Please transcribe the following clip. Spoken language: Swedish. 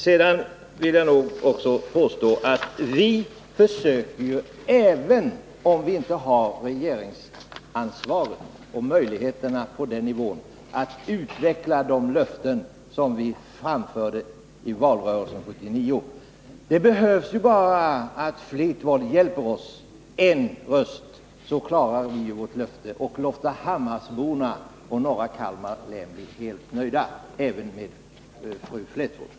Sedan vill jag också påstå att vi försöker, även om vi inte har regeringsansvaret och de möjligheter det ger, att arbeta för de löften som vi framförde i valrörelsen 1979. Det behövs ju bara att Elisabeth Fleetwood hjälper oss — med en röst ytterligare kan vi genomföra vårt löfte, så att invånarna i Loftahammar och i norra Kalmar län i övrigt blir helt nöjda, inkl. Elisabeth Fleetwood.